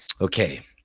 Okay